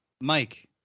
Mike